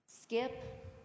Skip